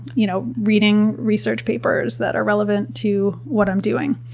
you know reading research papers that are relevant to what i'm doing,